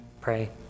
pray